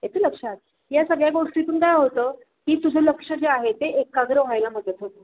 येते लक्षात या सगळ्या गोष्टीतून काय होतं की तुझं लक्ष जे आहे ते एकाग्र व्हायला मदत होते